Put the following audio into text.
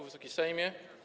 Wysoki Sejmie!